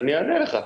אני אענה לך.